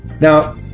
Now